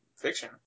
fiction